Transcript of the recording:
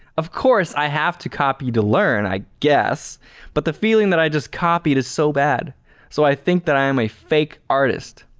of course i have to copy to learn i guess but the feeling that i just copied is so bad so i think that i am a fake artist,